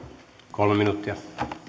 kolme minuuttia